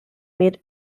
made